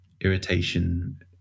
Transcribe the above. irritation